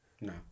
No